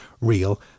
real